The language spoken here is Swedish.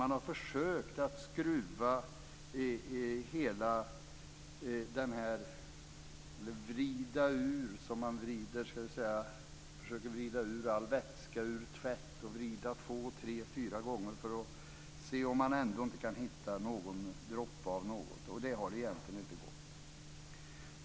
Man har försökt att vrida ur det som man försöker vrida ur all vätska i tvätt. Man vrider två tre fyra gånger för att se om man ändå inte kan hitta någon droppe av något, och det har egentligen inte gått.